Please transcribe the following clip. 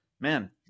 man